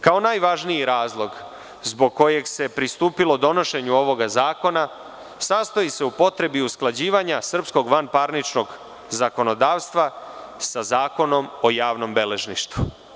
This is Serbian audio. Kao najvažniji razlog zbog kojeg se pristupilo donošenju ovog zakona sastoji se u potrebi usklađivanja srpskog vanparničnog zakonodavstva sa Zakonom o javnom beležništvu.